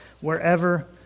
wherever